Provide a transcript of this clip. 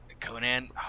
Conan